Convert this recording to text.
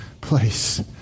place